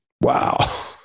Wow